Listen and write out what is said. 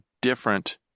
different